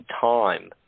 time